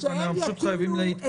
אנחנו פשוט חייבים להתקדם.